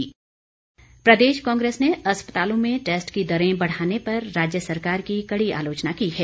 कांग्रेस प्रदेश कांग्रेस ने अस्पतालों में टैस्ट की दरें बढ़ाने पर राज्य सरकार की कड़ी आलोचना की है